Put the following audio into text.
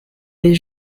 les